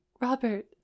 Robert